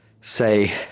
say